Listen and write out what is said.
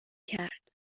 کرد